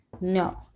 No